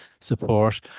support